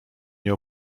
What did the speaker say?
nie